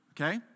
okay